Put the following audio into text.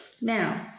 now